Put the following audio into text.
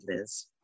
Liz